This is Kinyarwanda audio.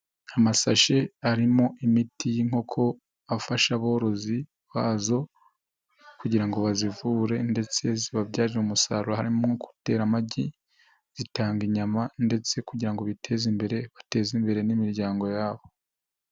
Amasashe arimo imiti y'inkoko afasha aborozi bazo kugira ngo bazivure ndetse zibabyarire umusaruro harimo nko gutera amagi, zitanga inyama ndetse kugira ngo biteze imbere bateze imbere n'imiryango yabo.